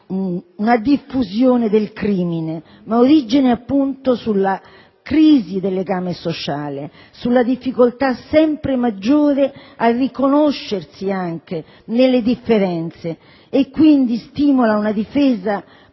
una diffusione del crimine, ma dalla crisi del legame sociale, dalla difficoltà sempre maggiore a riconoscersi nelle differenze e quindi stimola ad una difesa della